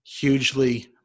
hugely